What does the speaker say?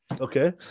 okay